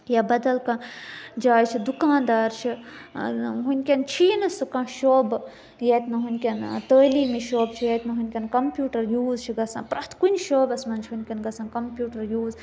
یا بدَل کانٛہہ جایہِ چھِ دُکانٛدار چھِ وُنکٮ۪ن چھِیی نہٕ سُہ کانٛہہ شعبہٕ ییتہِ نہٕ وُنکٮ۪ن تعلیٖمی شعبہٕ چھِ ییٚتہِ نہٕ وُنکٮ۪ن کَمپیٛوٗٹَر یوٗز چھِ گژھان پرٛٮ۪تھ کُنہِ شعبَس منٛز چھُ وُنکٮ۪ن گژھان کَمپیٛوٗٹَر یوٗز